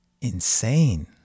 insane